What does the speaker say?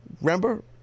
remember